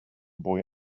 boy